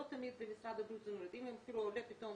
אם נגיד עולה פתאום